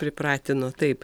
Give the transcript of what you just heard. pripratino taip